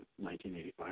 1985